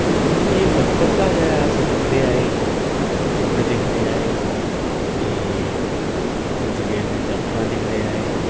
जदूं एह् बचपन दा गै अस दिखदे आए कुड्ड दिखदे आए ते जगीरन जात्तरां दिखदे आए